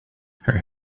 her